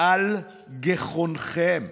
על גחונכם.